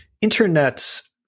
internet's